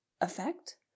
effect